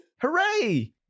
Hooray